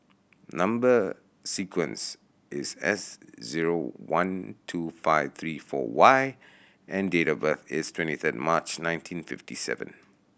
number sequence is S zero one two five three four Y and date of birth is twenty third March nineteen fifty seven